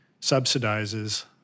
subsidizes